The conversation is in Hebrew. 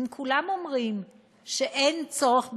אם כולם אומרים שאין צורך במאגר,